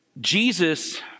Jesus